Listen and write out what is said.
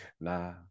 nah